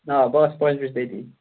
آ بہٕ آسہٕ پانژھِ بَجہِ تٔتی